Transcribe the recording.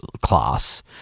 class